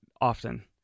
often